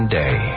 day